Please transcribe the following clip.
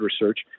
research